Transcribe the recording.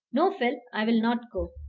no, phil, i will not go.